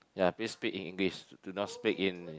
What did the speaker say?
ya please speak in English do do not speak in